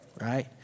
right